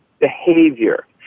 behavior